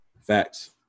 Facts